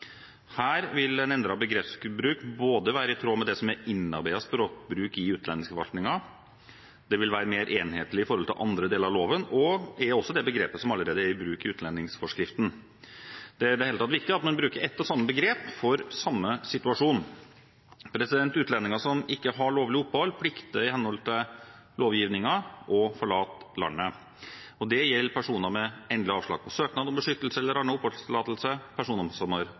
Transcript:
Her vil en endret begrepsbruk være i tråd med det som er innarbeidet språkbruk i utlendingsforvaltningen, det vil være mer enhetlig i forhold til andre deler av loven, og det er også det begrepet som allerede er i bruk i utlendingsforskriften. Det er i det hele tatt viktig at man bruker ett og samme begrep for samme situasjon. Utlendinger som ikke har lovlig opphold, plikter i henhold til lovgivningen å forlate landet. Dette gjelder personer med endelig avslag på søknad om beskyttelse eller